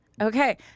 Okay